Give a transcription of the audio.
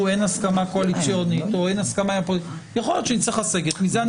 שאין הסכמה קואליציונית יכול להיות שנצטרך לסגת מזה.